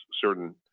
certain